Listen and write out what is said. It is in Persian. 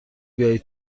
بیای